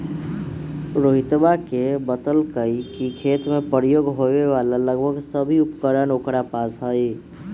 रोहितवा ने बतल कई कि खेत में प्रयोग होवे वाला लगभग सभी उपकरण ओकरा पास हई